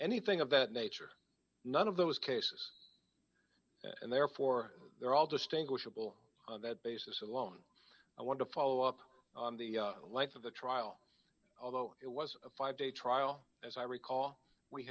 anything of that nature none of those cases and therefore they're all distinguishable on that basis alone i want to follow up on the life of the trial although it was a five day trial as i recall we